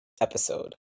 episode